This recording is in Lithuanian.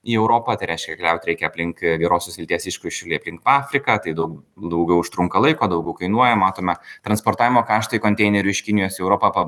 į europą tai reiškia griaut reikia aplink gerosios vilties iškišulį aplink afriką tai daugiau užtrunka laiko daugiau kainuoja matome transportavimo kaštai konteinerių iš kinijos į europą